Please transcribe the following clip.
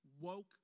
woke